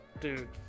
Dude